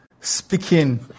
speaking